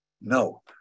No